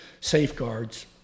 safeguards